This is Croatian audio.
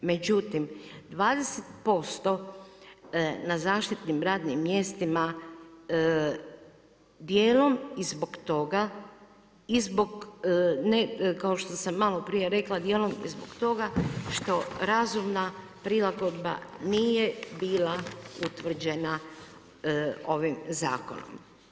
Međutim 20% na zaštitnim radnim mjestima dijelom i zbog toga i zbog ne kao što sam malo prije rekla, dijelom i zbog toga što razumna prilagodba nije bila utvrđena ovim zakonom.